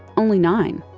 only nine.